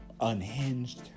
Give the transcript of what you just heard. unhinged